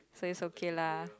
so is okay lah